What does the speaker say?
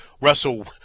Russell